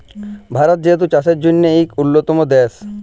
ভারত যেহেতু চাষের জ্যনহে ইক উল্যতম দ্যাশ, আমরা অর্গ্যালিক ফার্মিংও ক্যরি